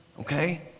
okay